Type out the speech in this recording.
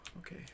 okay